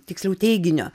tiksliau teiginio